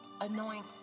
anoint